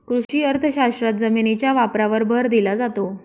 कृषी अर्थशास्त्रात जमिनीच्या वापरावर भर दिला जातो